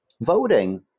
voting